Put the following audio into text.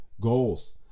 Goals